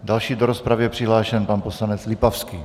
Další do rozpravy je přihlášen pan poslanec Lipavský.